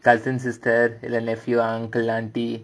cousins sisters nephew uncle auntie